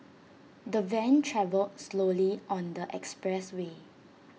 the van travelled slowly on the expressway